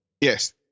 Yes